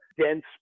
dense